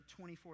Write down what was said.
24